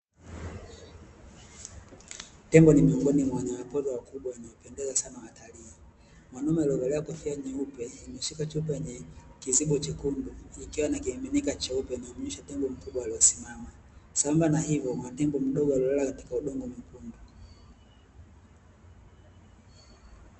Tembo ni miongozi mwa wanyamapori wakubwa wenye kupendeza sana watalii, mwanaume aliyevalia kofia nyeupe ameshika chupa yenye kizibo chekundu, ikiwa na kimiminika cheupe, anamnywesha tembo mkubwa aliyesimama, sambamba na hivyo kuna tembo mdogo aliyelala katika udongo mwekundu.